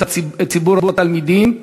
את ציבור התלמידים,